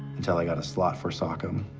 until i got a slot for socm, um